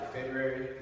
February